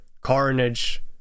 Carnage